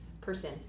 person